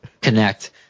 connect